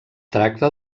tracta